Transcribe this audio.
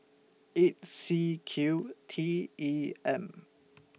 eight C Q T E M